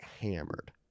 hammered